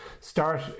start